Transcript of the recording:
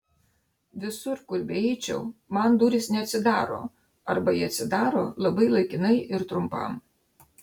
visur kur beeičiau man durys neatsidaro arba jei atsidaro labai laikinai ir trumpam